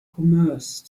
commerce